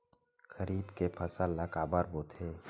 खरीफ के फसल ला काबर बोथे?